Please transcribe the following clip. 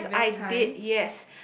the previous time